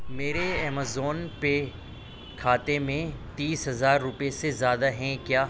میرے ایمیزون پے کھاتے میں تیس ہزار روپے سے زیادہ ہیں کیا